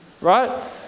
Right